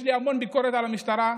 יש לי המון ביקורת על המשטרה,